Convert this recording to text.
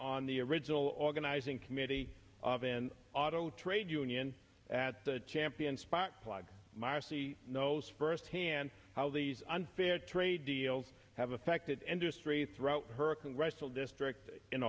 on the original organizing committee of an auto trade union at the champion sparkplug marci knows firsthand how these unfair trade deals have affected interest rates throughout her congressional district in